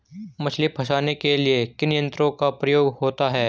मछली फंसाने के लिए किन यंत्रों का उपयोग होता है?